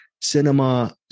Cinema